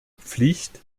pflicht